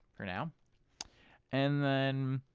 for now and then